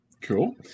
Cool